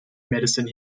medicine